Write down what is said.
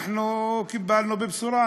אנחנו קיבלנו בשורה,